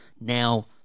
now